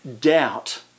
doubt